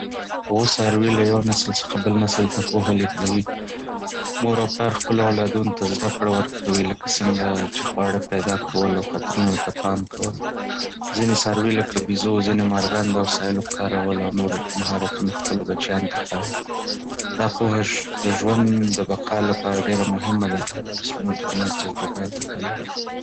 هو، څاروي له یو نسل څخه بل نسل ته پوهه لېږدوي. مور او پلار خپلو اولادونو ته زده کړې ورکوي، لکه څنګه چې خواړه پیدا کول او خطرونو ته پام کول. ځینې څاروي لکه بيزو او ځینې مرغان د وسایلو کارول او نور مهارتونه خپلو بچیانو ته ښيي. دا پوهه د ژوند د بقا لپاره ډېره مهمه ده او د نسلونو ترمنځ تجربه انتقالوي.